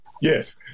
yes